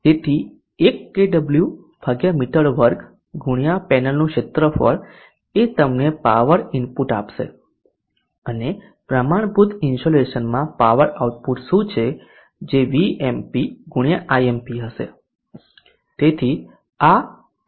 તેથી 1 કેડબલ્યુમી2 ગુણ્યા પેનલનું ક્ષેત્રફળ એ તમને પાવર ઇનપુટ આપશે અને પ્રમાણભૂત ઇન્સોલેશનમાં પાવર આઉટપુટ શું છે જે Vmp ગુણ્યા Imp હશે